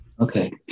Okay